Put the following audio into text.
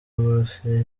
uburusiya